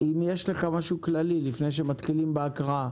אם יש לך משהו כללי, לפני שמתחילים בהקראה.